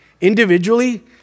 individually